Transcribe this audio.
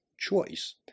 Choice